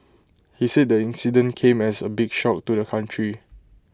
he said the incident came as A big shock to the country